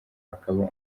akaba